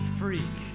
freak